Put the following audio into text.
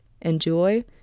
enjoy